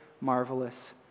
marvelous